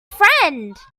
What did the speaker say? friend